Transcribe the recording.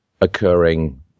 occurring